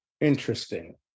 interesting